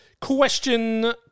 Question